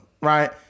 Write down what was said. Right